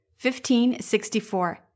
1564